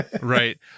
Right